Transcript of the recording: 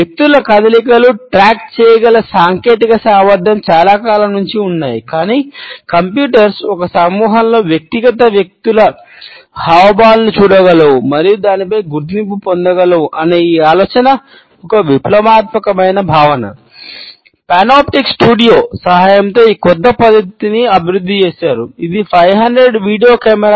వ్యక్తుల కదలికలు ట్రాక్ ఒక సమూహంలో వ్యక్తిగత వ్యక్తుల హావభావాలను చూడగలవు మరియు దానిపై గుర్తింపు పొందగలవు అనే ఈ ఆలోచన ఒక విప్లవాత్మక భావన